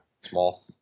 small